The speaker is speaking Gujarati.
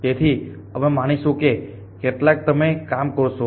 તેથી અમે માનીશું કે તેમાંથી કેટલાક તમે કામ કરશો